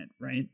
right